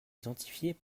identifiés